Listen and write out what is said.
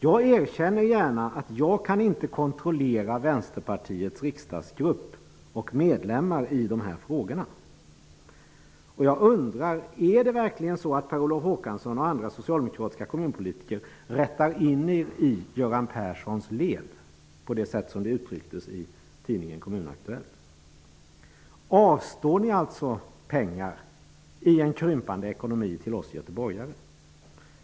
Jag erkänner gärna att jag inte kan kontrollera Vänsterpartiets riksdagsgrupp och medlemmar i de här frågorna. Jag undrar: Rättar verkligen Per Olof Håkansson och andra socialdemokratiska kommunpolitiker in sig i Göran Perssons led på det sätt som det uttrycktes i tidningen Kommun Aktuellt? Avstår ni alltså pengar i en krympande ekonomi till oss göteborgare?